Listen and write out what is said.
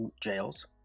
jails